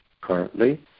Currently